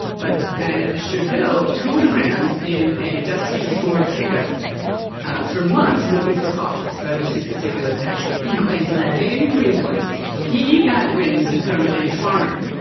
but then scheville tooled around in a dusty ford pickup for months, looking for fossils. that was his particular passion. in queensland. in queensland. he got wind, from a farmer,